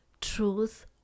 truth